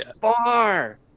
far